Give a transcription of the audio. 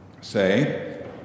Say